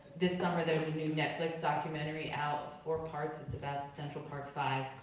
this summer there's a new netflix documentary out, it's four parts, it's about the central park five,